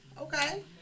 Okay